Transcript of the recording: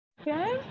Okay